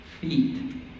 feet